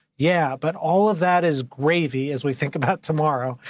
yeah. but all of that is gravy as we think about tomorrow.